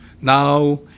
Now